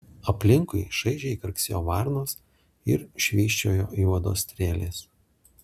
aplinkui šaižiai karksėjo varnos ir švysčiojo juodos strėlės